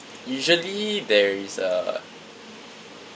usually there is a